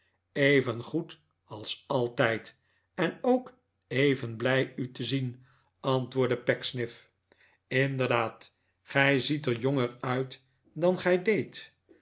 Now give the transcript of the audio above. goed als altijd en ook even blij u te zien antwoordde pecksniff inderdaad gij ziet er jonger uit dan gij deedt